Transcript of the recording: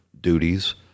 duties